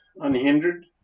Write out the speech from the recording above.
unhindered